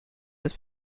was